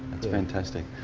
that's fantastic.